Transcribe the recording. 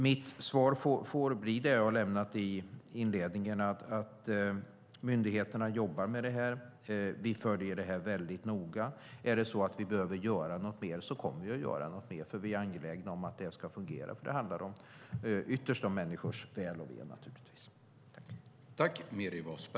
Mitt svar får bli det jag lämnade i inledningen. Myndigheterna jobbar med detta och följer det noga. Om vi behöver göra mer kommer vi att göra mer, för vi är angelägna om att det ska fungera. Det handlar ytterst om människors väl och ve.